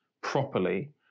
properly